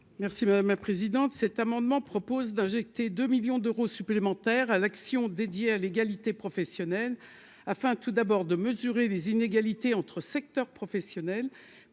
Merci madame la présidente, cet amendement propose d'injecter 2 millions d'euros supplémentaires à l'action, dédié à l'égalité professionnelle afin tout d'abord, de mesurer les inégalités entre secteurs professionnels,